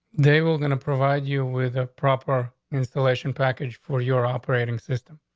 they were going to provide you with a proper insulation package for your operating system.